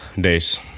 days